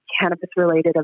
cannabis-related